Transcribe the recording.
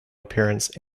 appearance